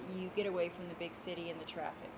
you get away from the big city in the traffic